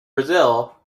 brazil